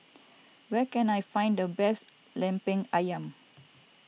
where can I find the best Lemper Ayam